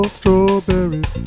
strawberries